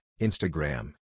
Instagram